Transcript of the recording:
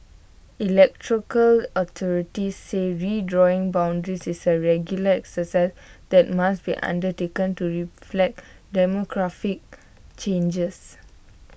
authorities say redrawing boundaries is A regular exercise that must be undertaken to reflect demographic changes